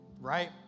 right